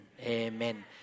Amen